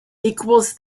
equals